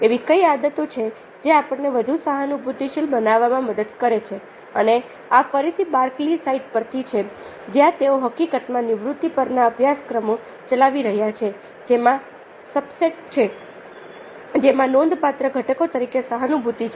એવી કઈ આદતો છે જે આપણને વધુ સહાનુભૂતિ શીલ બનાવવામાં મદદ કરે છે અને આ ફરીથી બાર્કલી સાઈટ પરથી છે જ્યાં તેઓ હકીકતમાંનિવૃત્તિ પરના અભ્યાસક્રમો ચલાવી રહ્યા છે જેમાં સબસેટ છે જેમાં નોંધપાત્ર ઘટકો તરીકે સહાનુભૂતિ છે